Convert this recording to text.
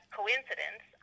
coincidence